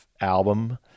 album